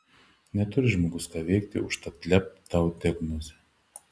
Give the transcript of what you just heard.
neturi žmogus ką veikti užtat lept tau diagnozę